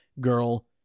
Girl